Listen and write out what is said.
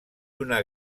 una